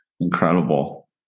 Incredible